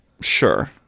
Sure